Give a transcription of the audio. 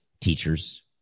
teachers